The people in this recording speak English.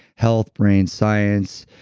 health brain science